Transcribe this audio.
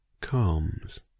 calms